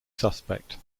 suspect